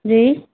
जी